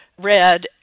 red